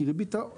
כי ריבית הזכות